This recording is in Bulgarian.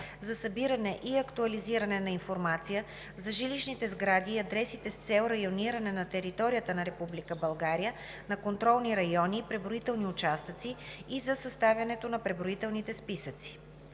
за събиране и актуализиране на информация за жилищните сгради и адресите с цел райониране на територията на Република България на контролни райони и преброителни участъци и за съставянето на преброителните списъци.